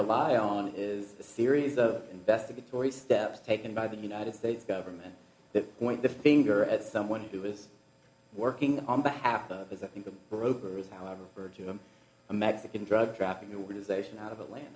rely on is a series of investigatory steps taken by the united states government that point the finger at someone who was working on behalf of his i think the brokers however were to him a mexican drug trafficking organization out of atlanta